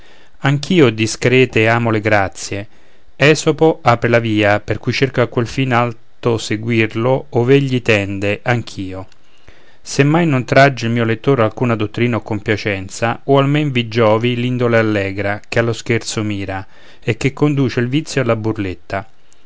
anch'io discrete amo le grazie esopo apre la via per cui cerco a quel fine alto seguirlo ove egli tende anch'io se mai non tragge il mio lettor alcuna dottrina o compiacenza oh almen mi giovi l'indole allegra che allo scherzo mira e che conduce il vizio alla burletta